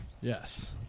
Yes